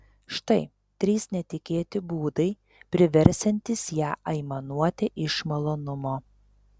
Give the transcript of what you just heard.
štai trys netikėti būdai priversiantys ją aimanuoti iš malonumo